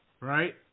right